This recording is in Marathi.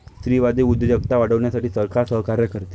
स्त्रीवादी उद्योजकता वाढवण्यासाठी सरकार सहकार्य करते